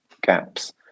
gaps